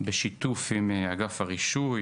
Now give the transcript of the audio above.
בשיתוף עם אגף הרישוי.